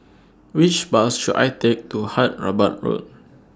Which Bus should I Take to Hyderabad Road